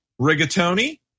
rigatoni